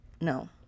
no